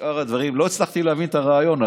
ושאר הדברים, לא הצלחתי להבין את הרעיון.